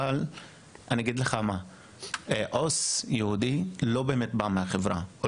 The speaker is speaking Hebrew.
אבל עו״ס יהודי לא באמת מגיע מהחברה הערבית,